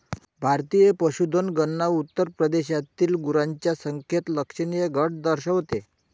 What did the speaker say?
भारतीय पशुधन गणना उत्तर प्रदेशातील गुरांच्या संख्येत लक्षणीय घट दर्शवते